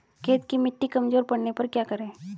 खेत की मिटी कमजोर पड़ने पर क्या करें?